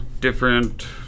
different